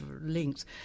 links